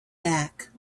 back